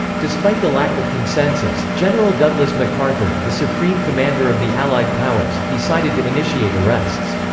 despite the lack of consensus, general douglas macarthur, the supreme commander of the allied powers, decided to initiate arrests.